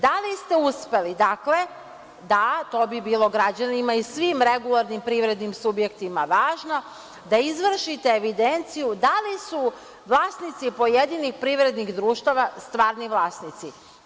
Da li ste uspeli, dakle, da, to bi bilo građanima i svim regularnim privrednim subjektima važno, da izvršite evidenciju da li su vlasnici pojedinih privrednih društava stvarni vlasnici?